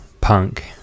punk